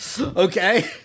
Okay